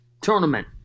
Tournament